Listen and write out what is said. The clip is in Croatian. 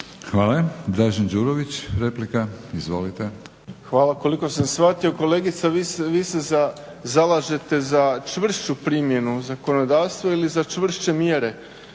Izvolite. **Đurović, Dražen (HDSSB)** Hvala. Koliko sam shvatio kolegice vi se zalažete za čvršću primjenu zakonodavstva ili za čvršće mjere